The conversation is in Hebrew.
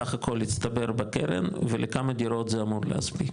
סך הכול הצטבר וקרן ולכמה דירות זה אמור להספיק?